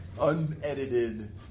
unedited